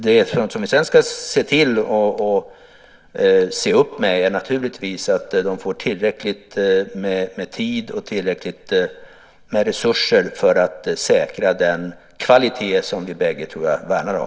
Men vi ska naturligtvis se till att de får tillräckligt med tid och tillräckligt med resurser för att säkra den kvalitet som jag tror att vi bägge värnar om.